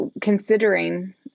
considering